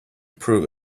prove